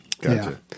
gotcha